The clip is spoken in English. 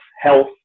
health